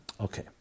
Okay